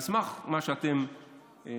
על סמך מה שאתם טענתם,